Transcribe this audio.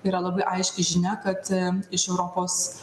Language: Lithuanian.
yra labai aiški žinia kad iš europos